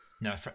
No